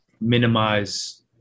minimize